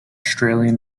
australian